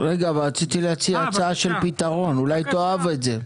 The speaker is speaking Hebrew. אבל רציתי להציע הצעה של פתרון, אולי תאהב את זה.